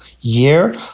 year